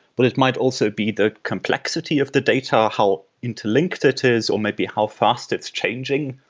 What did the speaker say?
but it might also be the complexity of the data, how interlinked it is, or might be how fast it's changing